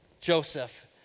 Joseph